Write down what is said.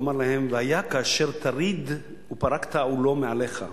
הוא אמר להם: והיה כאשר תריד ופרקת עולו מעליך.